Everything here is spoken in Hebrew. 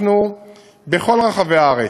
אנחנו בכל רחבי הארץ,